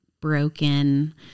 broken